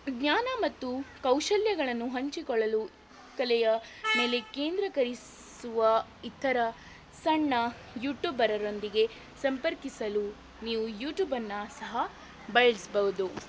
ಜ್ಞಾನ ಮತ್ತು ಕೌಶಲ್ಯಗಳನ್ನು ಹಂಚಿಕೊಳ್ಳಲು ಕಲೆಯ ಮೇಲೆ ಕೇಂದ್ರಕರಿಸುವ ಇತರ ಸಣ್ಣ ಯೂಟ್ಯೂಬರರೊಂದಿಗೆ ಸಂಪರ್ಕಿಸಲು ನೀವು ಯೂಟ್ಯೂಬನ್ನು ಸಹ ಬಳ್ಸ್ಬೌದು